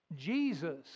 Jesus